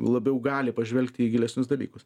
labiau gali pažvelgti į gilesnius dalykus